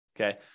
okay